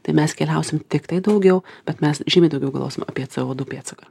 tai mes keliausim tiktai daugiau bet mes žymiai daugiau galvosim apie co du pėdsaką